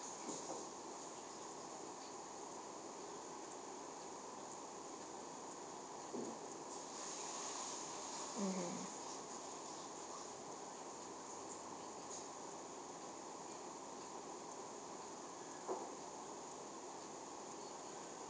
mmhmm